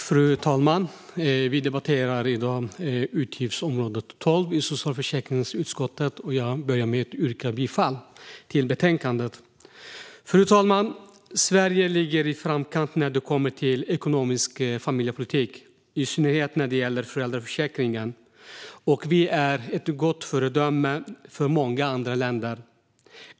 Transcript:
Fru talman! Vi debatterar i dag socialförsäkringsutskottets betänkande om utgiftsområde 12, och jag börjar med att yrka bifall till utskottets förslag. Fru talman! Sverige ligger i framkant när det kommer till ekonomisk familjepolitik, i synnerhet när det gäller föräldraförsäkringen, och vi är ett gott föredöme för många andra länder.